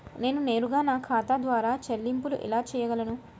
నేను నేరుగా నా ఖాతా ద్వారా చెల్లింపులు ఎలా చేయగలను?